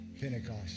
Pentecost